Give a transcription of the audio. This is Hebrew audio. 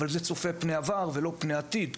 אבל זה צופה פני עבר ולא פני עתיד.